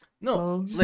No